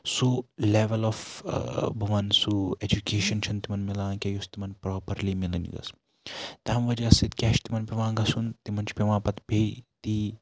سُہ level of بہٕ وَنہٕ سُہ ایجوٗکیشن چھُنہٕ تِمن مِلان کینٛہہ یُس تِمن پراپرلی مِلٕنۍ گٔژھ تَمہِ وَجہ سۭتۍ کیاہ چھُ تِمن پیٚوان گَژھُن تِمن چھُ پیٚوان پَتہٕ بیٚیہِ تی